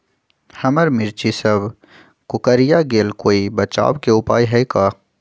हमर मिर्ची सब कोकररिया गेल कोई बचाव के उपाय है का?